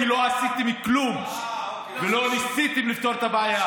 הכול עולה כי לא עשיתם כלום ולא ניסיתם לפתור את הבעיה.